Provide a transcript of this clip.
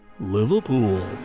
Liverpool